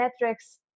metrics